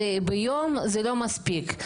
ביום זה לא מספיק.